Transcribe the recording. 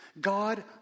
God